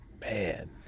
man